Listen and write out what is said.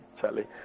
Charlie